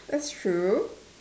that's true